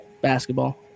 basketball